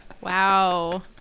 Wow